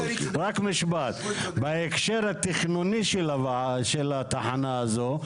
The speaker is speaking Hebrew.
ראש, בהקשר התכנוני של התחנה הזו,